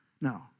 No